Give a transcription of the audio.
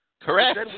Correct